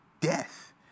death